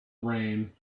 rain